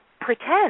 Pretend